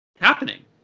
happening